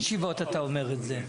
תמיד בישיבות אתה אומר את זה.